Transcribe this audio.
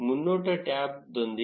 ಮುನ್ನೋಟ ಟ್ಯಾಬ್ಹೊಂದಿದೆ